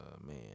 man